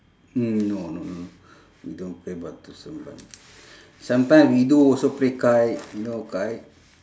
mm no no we don't play batu seremban sometime we do also play kite you know kite